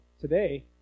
today